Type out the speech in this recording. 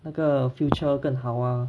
那个 future 更好啊